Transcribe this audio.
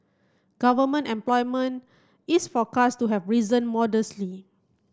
government employment is forecast to have risen modestly